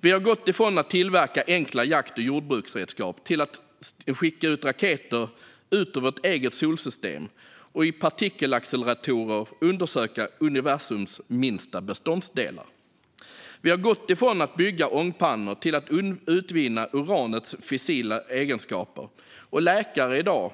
Vi har gått ifrån att tillverka enkla jakt och jordbruksredskap till att skicka raketer ut ur vårt eget solsystem och i partikelacceleratorer undersöka universums minsta beståndsdelar. Vi har gått ifrån att bygga ångpannor till att använda uranets fissila egenskaper. Läkare kan i dag